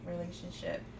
relationship